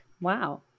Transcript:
Wow